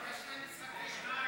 יש שניים.